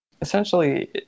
essentially